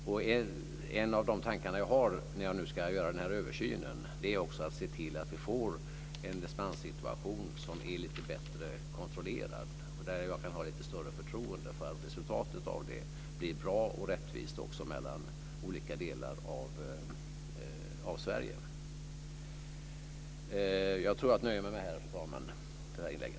Och en av de tankar som jag har när jag ska göra denna översyn är att se till att vi får en dispenssituation som är lite bättre kontrollerad och där jag kan ha lite större förtroende för att resultatet av det blir bra och rättvist också mellan olika delar av Sverige.